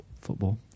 football